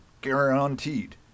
Guaranteed